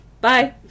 Bye